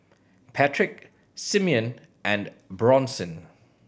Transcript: Patrick Simeon and Bronson